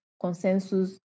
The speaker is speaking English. consensus